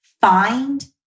Find